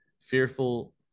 fearful